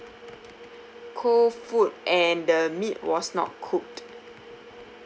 cold food and the meat was not cooked